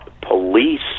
police